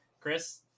Chris